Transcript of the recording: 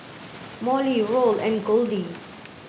Molly Roll and Goldie